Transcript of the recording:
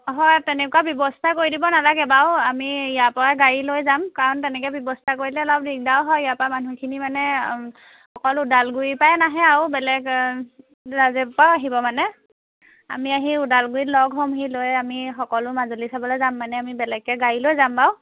হয় তেনেকুৱা ব্যৱস্থা কৰি দিব নালাগে বাৰু আমি ইয়াৰপৰাই গাড়ী লৈ যাম কাৰণ তেনেকৈ ব্যৱস্থা কৰিলে অলপ দিগদাৰো হয় ইয়াৰপৰা মানুহখিনি মানে অকল ওদালগুৰিৰপৰাই নাহে আৰু বেলেগ জেগাৰপৰাও আহিব মানে আমি আহি ওদালগুৰিত লগ হ'মহি সকলো মাজুলী চাবলৈ যাম মানে আমি বেলেগকৈ গাড়ী লৈ যাম বাৰু